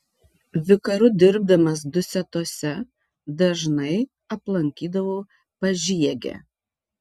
vikaru dirbdamas dusetose dažnai aplankydavau pažiegę